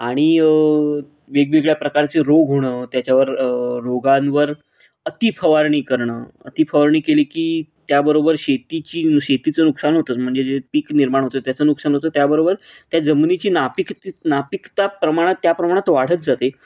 आणि वेगवेगळ्या प्रकारचे रोग होणं त्याच्यावर रोगांवर अती फवारणी करणं अती फवारणी केली की त्याबरोबर शेतीची शेतीचं नुकसान होतं म्हणजे जे पीक निर्माण होतं त्याचं नुकसान होतं त्याबरोबर त्या जमनीची नापिकते नापिकता प्रमाणात त्या प्रमाणात वाढत जाते